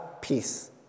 peace